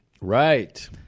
Right